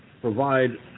provide